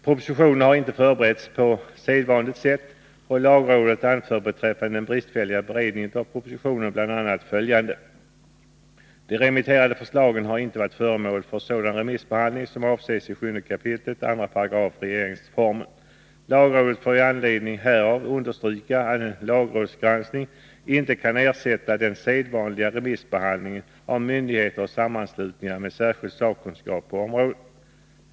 Propositionen har inte förberetts på sedvanligt sätt, och lagrådet anför beträffande den bristfälliga beredningen av propositionen bl.a. följande: De remitterade förslagen har inte varit föremål för sådan remissbehandling som avses i 7 kap. 2 § regeringsformen. Lagrådet får i anledning härav understryka att en lagrådsgranskning inte kan ersätta den sedvanliga remissbehandlingen av myndigheter och sammanslutningar med särskild sakkunskap på området.